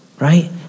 Right